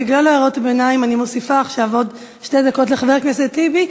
בגלל הערות הביניים אני מוסיפה עכשיו עוד שתי דקות לחבר הכנסת טיבי.